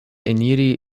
eniri